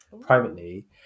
privately